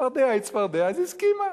צפרדע היא צפרדע, אז היא הסכימה.